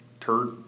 turd